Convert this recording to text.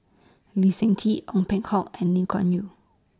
Lee Seng Tee Ong Peng Hock and Lim Kuan Yew